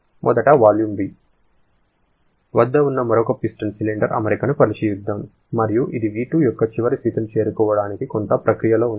మొదట volume V1 వద్ద ఉన్న మరొక పిస్టన్ సిలిండర్ అమరికను పరిశీలిద్దాం మరియు ఇది V2 యొక్క చివరి స్థితిని చేరుకోవడానికి కొంత ప్రక్రియలో ఉంది